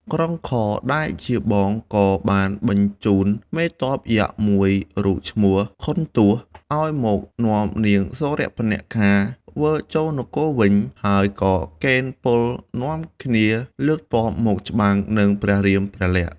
ក្រុងខរ ដែលជាបង ក៏បានបញ្ជូនមេទ័ពយក្សមួយរូប ឈ្មោះ ខុនទសណ៍ ឱ្យមកនាំនាងសូរបនខា វិលចូលនគរវិញ ហើយក៏កេណ្ឌពលនាំគ្នាលើកទ័ពមកច្បាំងនឹង ព្រះរាមព្រះលក្សណ៍ ។